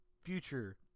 future